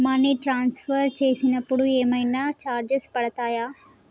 Money transfer చేసినప్పుడు ఏమైనా charges పడతయా?